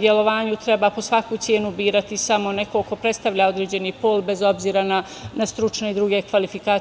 delovanju treba po svaku cenu birati samo nekog ko predstavlja određeni pol bez obzira na stručne i druge kvalifikacije.